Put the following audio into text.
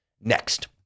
next